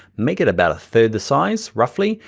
make it about a third the size, roughly.